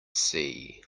see